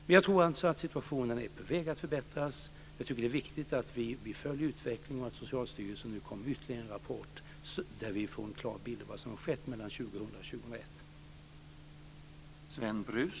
Men jag tror alltså att situationen är på väg att förbättras. Jag tycker att det är viktigt att vi följer utvecklingen och att Socialstyrelsen nu kommer med ytterligare en rapport där vi får en klar bild av vad som har skett mellan 2000 och 2001.